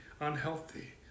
unhealthy